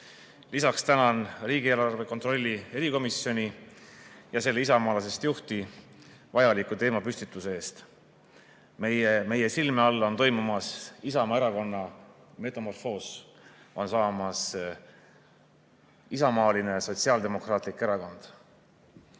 Lisaks tänan riigieelarve kontrolli erikomisjoni ja selle isamaalasest juhti vajaliku teemapüstituse eest. Meie silme all on toimumas Isamaa Erakonna metamorfoos, temast on saamas isamaaline sotsiaaldemokraatlik erakond.